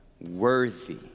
worthy